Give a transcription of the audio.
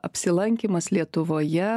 apsilankymas lietuvoje